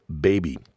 Baby